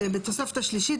(2) בתוספת השלישית,